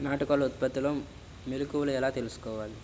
నాటుకోళ్ల ఉత్పత్తిలో మెలుకువలు ఎలా తెలుసుకోవాలి?